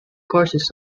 courses